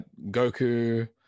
Goku